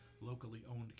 locally-owned